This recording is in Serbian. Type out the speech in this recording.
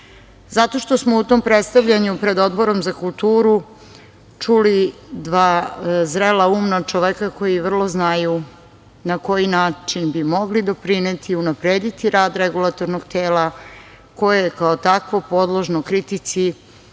što smo u tom predstavljanju, pred Odborom za kulturu, čuli dva zrela umna čoveka koji vrlo znaju na koji način bi mogli doprineti, unaprediti rad REM-a, koje, kao takvo podložno kritici,